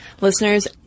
Listeners